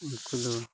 ᱩᱱᱠᱩ ᱫᱚ